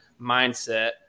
mindset